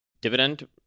Dividend